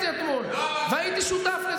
בצלאל, לא, את זה היה צריך להגיד אתמול.